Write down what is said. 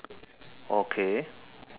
okay